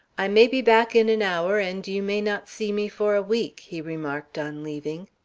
i may be back in an hour, and you may not see me for a week, he remarked on leaving.